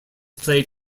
played